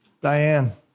Diane